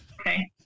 okay